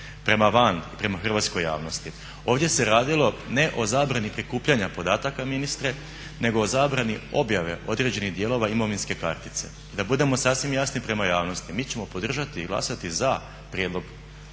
prema van i prema hrvatskoj javnosti. Ovdje se radilo ne o zabrani prikupljanja podataka ministre, nego o zabrani objave određenih dijelova imovinske kartice i da budemo sasvim jasni prema javnosti mi ćemo podržati i glasati za prijedlog